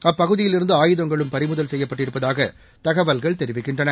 அப்பகுதியிலிருந்து ஆயுதங்களும் பநிமுதல் செய்யப்பட்டிருப்பதாக தகவல்கள் தெரிவிக்கின்றன